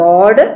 God